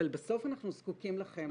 אבל, בסוף, אנחנו זקוקים לכם.